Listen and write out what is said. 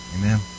Amen